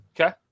Okay